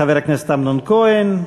חבר הכנסת אמנון כהן.